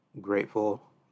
grateful